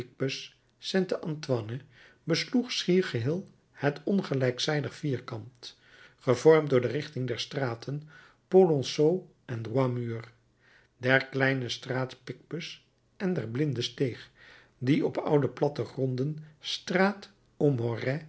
petit picpus saint antoine besloeg schier geheel het ongelijkzijdig vierkant gevormd door de richting der straten polonceau en droit mur der kleine straat picpus en der blinde steeg die op oude plattegronden